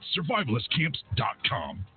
SurvivalistCamps.com